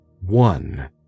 one